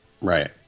right